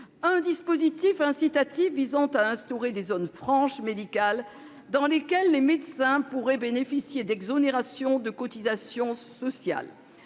au dispositif incitatif visant à instaurer des zones franches médicales dans lesquelles les médecins pourraient bénéficier d'exonérations de cotisations sociales.